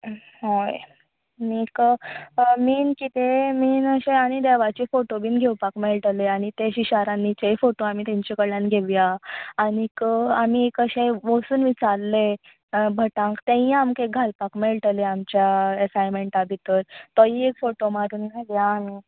हय आनीक मेन कितें मेन अशें आमी देवाचे फोटो बीन घेवपाक मेळटलें आनी तें शिशारांन्नीचेय फोटो आमी तेंचे कडल्यान घेवयां आनीक आनी अशें वचून विचारलें भटांक आनी तेंय आमकां घालपाक मेळटलें आमच्या ऍसांनमेंटा भीतर तोय एक फोटो मारून हाडया आमी